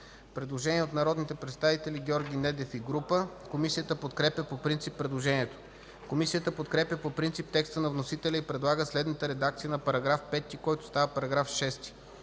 Предложение от народния представител Георги Недев и група. Комисията подкрепя по принцип предложението. Комисията подкрепя по принцип текста на вносителя и предлага следната редакция на § 5, който става § 6: „§ 6.